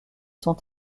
sont